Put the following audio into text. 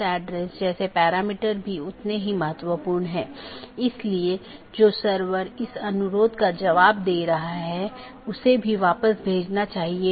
तो इसका मतलब है अगर मैं AS1 के नेटवर्क1 से AS6 के नेटवर्क 6 में जाना चाहता हूँ तो मुझे क्या रास्ता अपनाना चाहिए